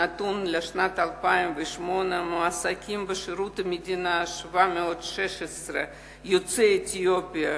נכון לשנת 2008 מועסקים בשירות המדינה 716 יוצאי אתיופיה.